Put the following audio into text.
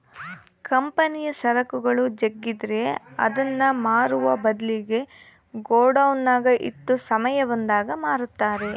ಕಂಪನಿಯ ಸರಕುಗಳು ಜಗ್ಗಿದ್ರೆ ಅದನ್ನ ಮಾರುವ ಬದ್ಲಿಗೆ ಗೋಡೌನ್ನಗ ಇಟ್ಟು ಸಮಯ ಬಂದಾಗ ಮಾರುತ್ತಾರೆ